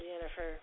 Jennifer